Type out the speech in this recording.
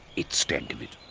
it stank of it.